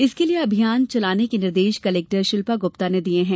इसके लिए अभियान चलाए जाने के निर्देश कलेक्टर शिल्पा गुप्ता ने दिए हैं